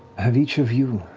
have each of you